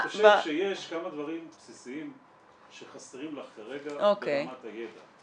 יש כמה דברים בסיסיים שחסרים לך כרגע ברמת הידע.